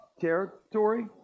territory